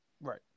Right